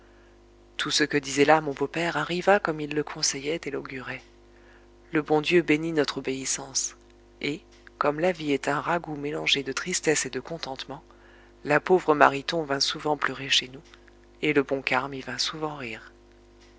tout ce que disait là mon beau-père arriva comme il le conseillait et l'augurait le bon dieu bénit notre obéissance et comme la vie est un ragoût mélangé de tristesse et de contentement la pauvre mariton vint souvent pleurer chez nous et le bon carme y vint souvent rire